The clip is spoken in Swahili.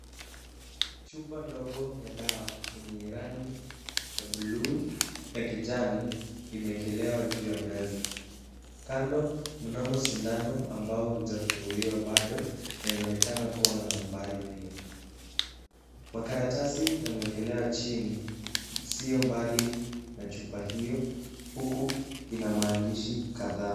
Chupa ndogo ya dawa yenye rangi ya buluu na kijani imeekelewa juu ya meza. Kando mnamo sindano ambao hujafunguliwa bado na inaonekana kuwa na nambari pia. Makaratasi yamewekelewa chini sio mbali na chupa hiyo huku ina maandishi kadhaa.